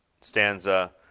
stanza